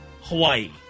Hawaii